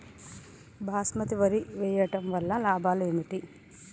బాస్మతి వరి వేయటం వల్ల లాభాలు ఏమిటి?